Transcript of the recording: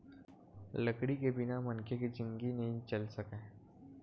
लकड़ी के बिना मनखे के जिनगी नइ चल सकय